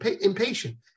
impatient